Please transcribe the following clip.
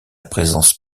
présence